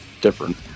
different